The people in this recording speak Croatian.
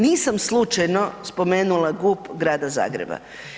Nisam slučajno spomenula GUP Grada Zagreba.